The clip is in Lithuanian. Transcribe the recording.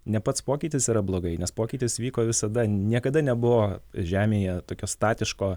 ne pats pokytis yra blogai nes pokytis vyko visada niekada nebuvo žemėje tokio statiško